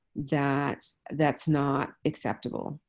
that that's not acceptable,